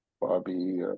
Bobby